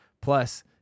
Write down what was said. Plus